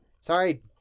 Sorry